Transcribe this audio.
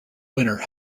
winner